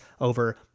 over